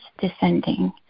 descending